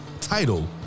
title